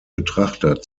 betrachter